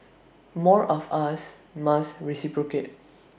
more of us must reciprocate